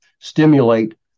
stimulate